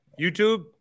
YouTube